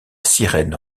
sirène